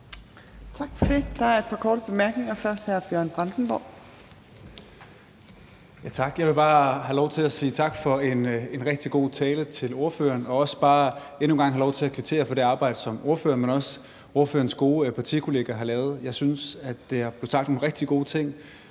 Tak for det. Der er et par korte bemærkninger, og den første er fra hr. Bjørn Brandenborg.